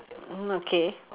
mm okay